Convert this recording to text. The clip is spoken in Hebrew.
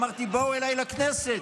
אמרתי: בואו אליי לכנסת,